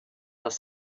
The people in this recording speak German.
dass